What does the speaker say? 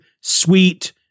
sweet